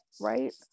right